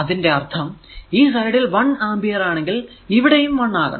അതിന്റെ അർഥം ഈ സൈഡിൽ 1 ആംപിയർ ആണെങ്കിൽ ഇവിടെയും 1 ആകണം